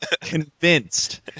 convinced